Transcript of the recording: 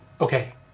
Okay